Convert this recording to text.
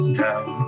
down